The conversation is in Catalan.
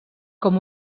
com